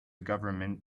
government